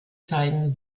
zeigen